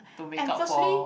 to make up for